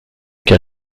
car